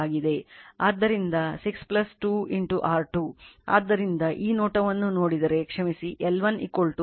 ಆದ್ದರಿಂದ 6 2 R2 ಆದ್ದರಿಂದ ಈ ನೋಟವನ್ನು ನೋಡಿದರೆ ಕ್ಷಮಿಸಿ L 1 6 1 0